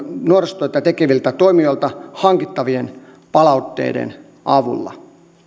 nuorisotyötä tekeviltä toimijoilta hankittavien palveluiden avulla